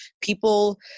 people